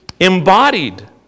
Embodied